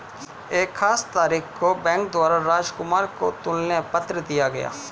एक खास तारीख को बैंक द्वारा राजकुमार को तुलन पत्र दिया गया